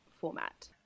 format